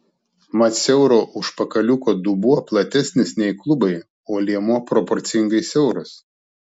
mat siauro užpakaliuko dubuo platesnis nei klubai o liemuo proporcingai siauras